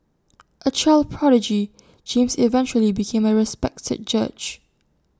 A child prodigy James eventually became A respected judge